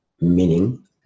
meaning